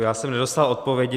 Já jsem nedostal odpovědi.